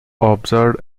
observed